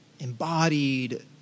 embodied